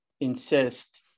insist